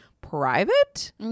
private